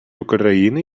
україни